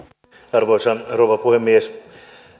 arvoisa rouva puhemies